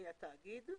התאגיד,